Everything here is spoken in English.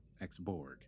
ex-Borg